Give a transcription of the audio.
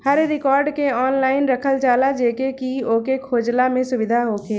हर record के online रखल जाला जेसे की ओके खोजला में सुबिधा होखे